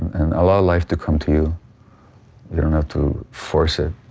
and a lot of life do come to you, you don't have to force it.